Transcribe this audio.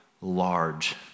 large